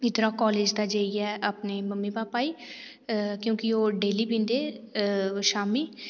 इद्धरा कालेज दा जेइये अपने मम्मी पापा गी क्योंकि ओह् डेल्ली ओह् पींदे शामी